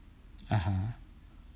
(uh huh)